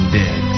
dead